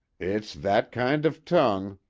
it's that kind of tongue,